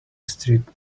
strict